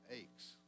aches